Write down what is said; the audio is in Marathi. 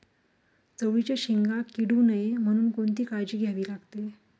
चवळीच्या शेंगा किडू नये म्हणून कोणती काळजी घ्यावी लागते?